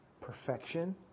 perfection